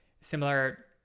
Similar